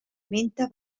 menta